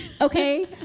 Okay